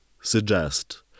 suggest